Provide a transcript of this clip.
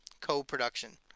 co-production